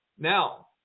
Now